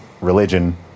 religion